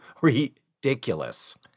ridiculous